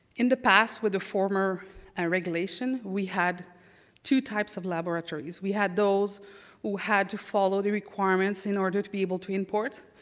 in the past, with the former ah regulation, we had two types of laboratories. we had those who had to follow the requirements in order to be able to import,